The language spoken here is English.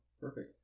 perfect